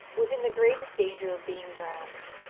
was in the greatest danger of being drowned.